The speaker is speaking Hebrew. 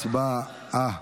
הצבעה.